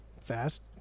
fast